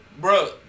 bro